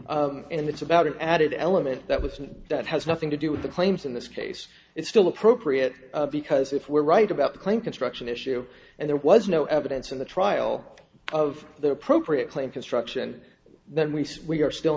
issue and it's about an added element that was and that has nothing to do with the claims in this case it's still appropriate because if we're right about the claim construction issue and there was no evidence in the trial of the appropriate claim construction then we say we are still